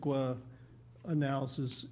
analysis